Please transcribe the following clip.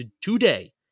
today